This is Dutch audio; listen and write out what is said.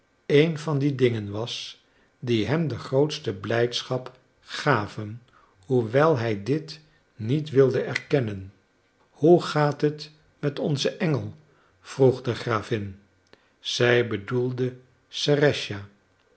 een van die dingen was die hem de grootste blijdschap gaven hoewel hij dit niet wilde erkennen hoe gaat het met onzen engel vroeg de gravin zij bedoelde